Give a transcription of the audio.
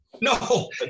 No